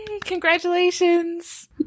congratulations